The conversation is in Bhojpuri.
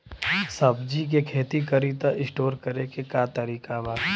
सब्जी के खेती करी त स्टोर करे के का तरीका बा?